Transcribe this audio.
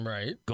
Right